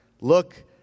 Look